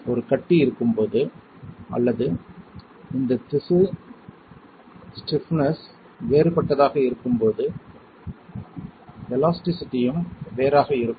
ஒரு கட்டி இருக்கும் போது அல்லது இந்த திசு ஸ்டிப்னஸ் வேறுபட்டதாக இருக்கும் போது எலாஸ்டிசிடியும் வேறாக இருக்கும்